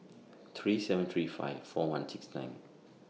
three seven three five four one six nine